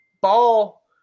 Ball